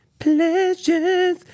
Pleasures